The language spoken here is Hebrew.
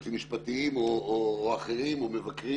יועצים משפטיים או מבקרים